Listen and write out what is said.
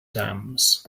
dams